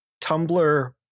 tumblr